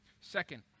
Second